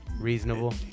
Reasonable